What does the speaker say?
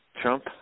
Trump